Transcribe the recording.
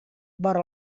vora